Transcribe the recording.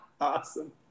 Awesome